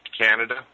Canada